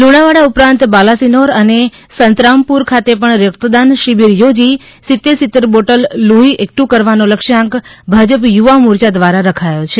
લુણાવાડા ઉપરાંત બાલાસિનોર અને સંતરામપુર ખાતે પણ રક્તદાન શિબિર યોજી સિતેર સિતેર બોટલ લોહી એકઠું કરવાનો લક્ષ્યાંક ભાજપ યુવા મોરચા દ્વારા રખાયો છે